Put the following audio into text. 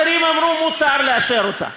אחרים אמרו: מותר לאשר אותה.